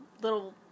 little